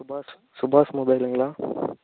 சுபாஷ் சுபாஷ் மொபைலுங்களா